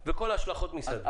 עם כל ההשלכות מסביב.